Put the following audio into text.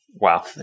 wow